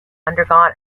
undergone